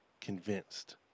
convinced